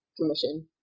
commission